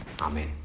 Amen